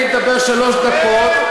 תן לי לדבר שלוש דקות,